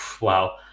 wow